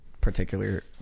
particular